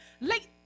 late